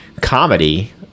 comedy